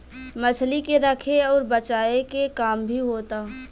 मछली के रखे अउर बचाए के काम भी होता